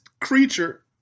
creature